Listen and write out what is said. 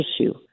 issue